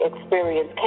Experience